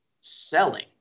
selling